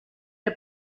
der